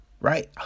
Right